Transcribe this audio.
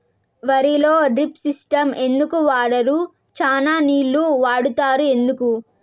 వరిలో drip system ఎందుకు వాడరు? చానా నీళ్లు వాడుతారు ఎందుకు?